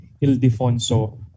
Ildefonso